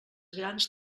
grans